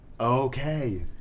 Okay